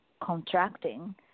contracting